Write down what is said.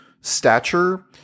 stature